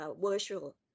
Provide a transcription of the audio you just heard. virtual